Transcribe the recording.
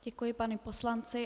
Děkuji panu poslanci.